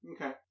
Okay